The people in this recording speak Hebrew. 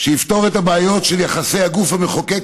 שיפתור את הבעיות של היחסים בין הגוף המחוקק,